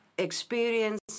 experience